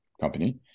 company